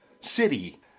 city